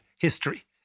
history